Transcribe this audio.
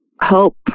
help